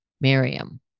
Miriam